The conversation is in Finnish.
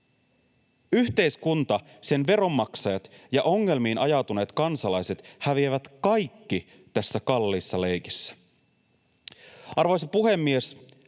Yhteiskunta, sen veronmaksajat ja ongelmiin ajautuneet kansalaiset häviävät kaikki tässä kalliissa leikissä. Arvoisa puhemies!